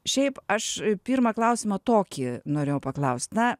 šiaip aš pirmą klausimą tokį norėjau paklaust na